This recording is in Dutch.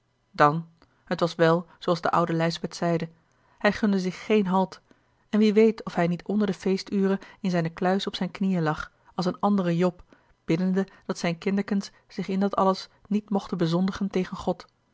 dan het was wel zooals de oude lijsbeth zeide hij gunde zich geen halt en wie weet of hij niet onder de feesture in zijne kluis op zijne knieën lag als een andere job biddende dat zijne kinderkens zich in dat alles niet mochten bezondigen tegen god